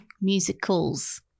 musicals